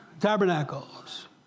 Tabernacles